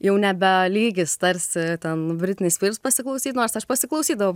jau nebe lygis tarsi ten britney spears pasiklausyt nors aš pasiklausydavau